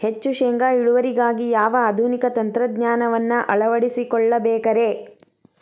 ಹೆಚ್ಚು ಶೇಂಗಾ ಇಳುವರಿಗಾಗಿ ಯಾವ ಆಧುನಿಕ ತಂತ್ರಜ್ಞಾನವನ್ನ ಅಳವಡಿಸಿಕೊಳ್ಳಬೇಕರೇ?